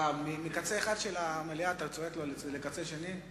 מקצה אחד של המליאה אתה צועק לו לקצה שני?